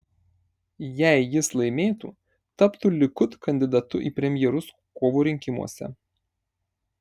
jei jis laimėtų taptų likud kandidatu į premjerus kovo rinkimuose